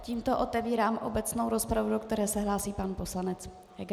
Tímto otevírám obecnou rozpravu, do které se hlásí pan poslanec Heger.